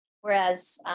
Whereas